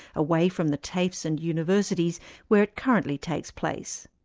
away from the tafes and universities where it currently takes place.